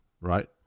right